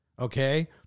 okay